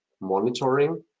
monitoring